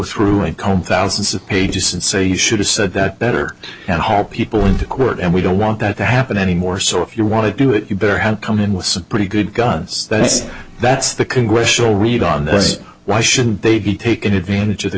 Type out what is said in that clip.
through and come thousands of pages and say you should have said that better and hope people into court and we don't want that to happen any more so if you want to do it you better have come in with some pretty good guns that is that's the congressional read on this why shouldn't they be taken advantage of the